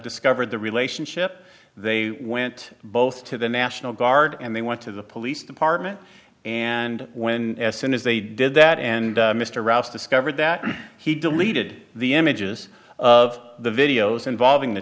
discovered the relationship they went both to the national guard and they went to the police department and when as soon as they did that and mr ross discovered that he deleted the images of the videos involving the